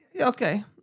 okay